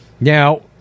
Now